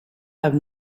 have